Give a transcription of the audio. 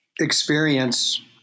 experience